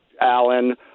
Allen